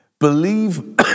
Believe